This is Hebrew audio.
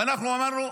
אנחנו אמרנו,